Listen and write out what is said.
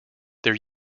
there